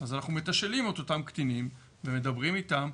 אז אנחנו מתשאלים את אותם קטינים ומדברים איתם,